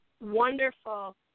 wonderful